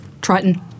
Triton